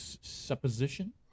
supposition